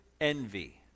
envy